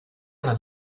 hanno